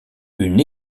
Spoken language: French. une